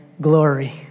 glory